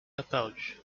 apparue